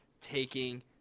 taking